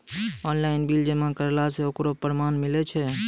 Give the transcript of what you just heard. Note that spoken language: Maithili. ऑनलाइन बिल जमा करला से ओकरौ परमान मिलै छै?